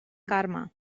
carme